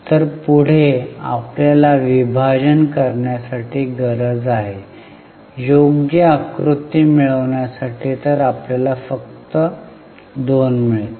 तर पुढे आपल्याला विभाजन करण्याची गरज आहे योग्य आकृती मिळवण्यासाठी तर आपल्याला फक्त 2 मिळतील